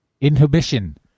Inhibition